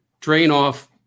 drain-off